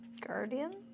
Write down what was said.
guardian